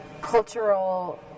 cultural